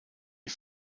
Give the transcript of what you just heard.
die